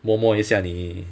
摸摸一下你